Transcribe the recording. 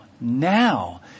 now